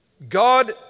God